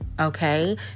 Okay